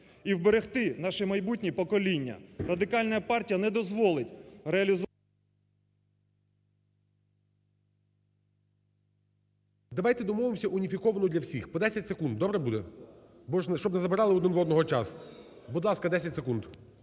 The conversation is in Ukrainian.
і вберегти наші майбутні покоління. Радикальна партія не дозволить… ГОЛОВУЮЧИЙ. Давайте домовимось уніфіковано для всіх. По 10 секунд добре буде? Бо, щоб не забирали один у одного час. Будь ласка, 10 секунд.